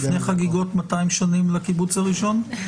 לפני חגיגות 200 שנים לקיבוץ הראשון?